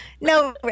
No